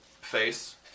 face